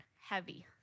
heavy